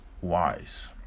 wise